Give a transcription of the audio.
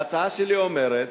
ההצעה שלי אומרת